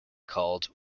called